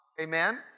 Amen